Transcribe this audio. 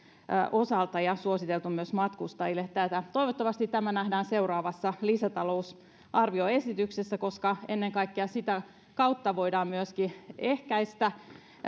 osalta ja on suositeltu myös matkustajille tätä toivottavasti tämä nähdään seuraavassa lisätalousarvioesityksessä koska ennen kaikkea sitä kautta voidaan myöskin ehkäistä